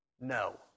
No